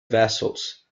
vessels